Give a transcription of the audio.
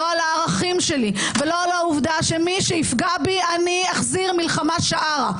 לא על הערכים שלי ולא על העובדה שמי שיפגע בי אחזיר מלחמה שארה.